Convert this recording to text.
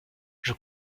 crois